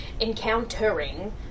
encountering